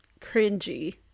cringy